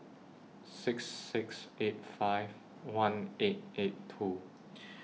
six six eight five one eight eight two